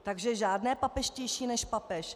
Takže žádné papežštější než papež.